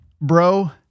bro